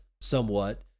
somewhat